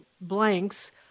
blanks